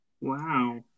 Wow